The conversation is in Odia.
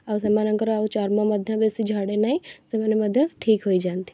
ଆଉ ସେମାନଙ୍କର ଆଉ ଚର୍ମ ମଧ୍ୟ ବେଶୀ ଝଡ଼େ ନାହିଁ ସେମାନେ ମଧ୍ୟ ଠିକ୍ ହୋଇଯାଆନ୍ତି